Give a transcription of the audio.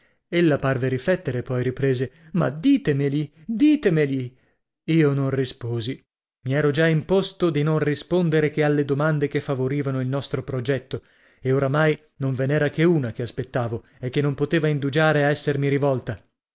grave ella parve riflettere poi riprese ma ditemeli ditemeli io non risposi i ero già imposto di non rispondere che alle domande che favorivano il nostro progetto e oramai non ve n'era che una che aspettavo e che non poteva indugiare a essermi rivolta